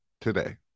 today